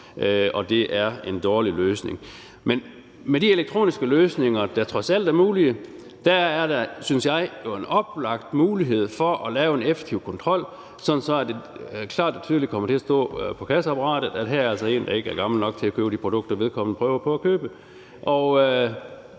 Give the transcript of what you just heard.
om. Det er en dårlig løsning. Men med de elektroniske løsninger, der trods alt er mulige, er der, synes jeg, en oplagt mulighed for at lave en effektiv kontrol, sådan at det klart og tydeligt kommer til at stå på kasseapparatet, at her er altså en, der ikke er gammel nok til at købe de produkter, vedkommende prøver på at købe.